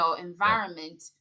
environment